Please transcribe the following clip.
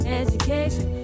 education